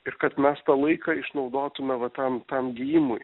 ir kad mes tą laiką išnaudotume va tam tam gijimui